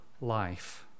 life